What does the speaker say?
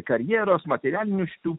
karjeros materialinius tų